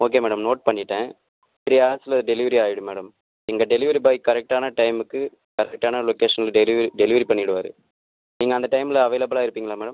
okay madam note பண்ணிட்டேன் three ஹவர்ஸில் delivery ஆகிடும் மேடம் எங்கள் டெலிவரி பாய் கரெக்டான டைம்முக்கு கரெக்டான லொக்கேஷனில் டெலிவ டெலிவரி பண்ணிடுவாரு நீங்கள் அந்த டைமில் அவைலபிளாக இருப்பீங்களா மேடம்